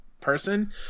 person